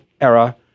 era